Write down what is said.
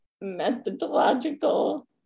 Methodological